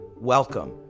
welcome